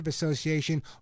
association